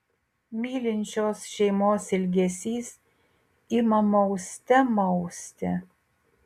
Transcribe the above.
mylinčios šeimos ilgesys ima mauste mausti